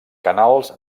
canals